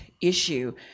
issue